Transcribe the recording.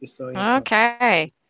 okay